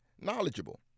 knowledgeable